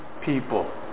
people